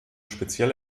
speziell